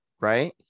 Right